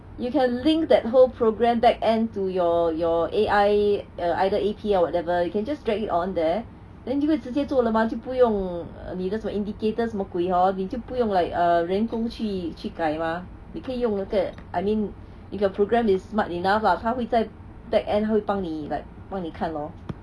you can link that whole program back end to your your A_I uh either A_P or whatever you can just drag it on there then 就会直接做了嘛就不用你的什么 indicators 什么鬼 hor 你就不用 like err 人工去去改嘛你可以用那个 I mean if your program is smart enough lah 他会在 back end 他会帮你 like 帮你看 lor